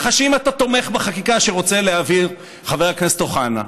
ככה שאם אתה תומך בחקיקה שרוצה להעביר חבר הכנסת אוחנה,